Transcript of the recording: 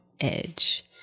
edge